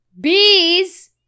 Bees